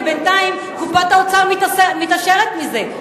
כי בינתיים קופת האוצר מתעשרת מזה.